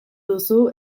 duzu